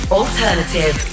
alternative